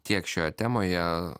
tiek šioje temoje